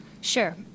Sure